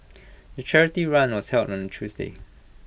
the charity run was held on Tuesday